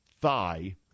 thigh